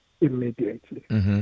Immediately